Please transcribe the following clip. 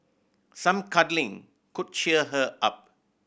some cuddling could cheer her up